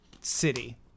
city